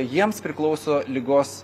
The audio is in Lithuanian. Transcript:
jiems priklauso ligos